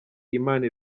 imana